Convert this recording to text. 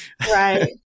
Right